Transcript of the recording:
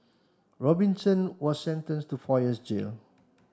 Robinson was sentence to four years jail